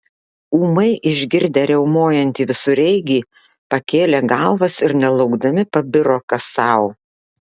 ūmai išgirdę riaumojantį visureigį pakėlė galvas ir nelaukdami pabiro kas sau